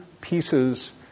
pieces